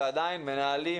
ועדיין מנהלים,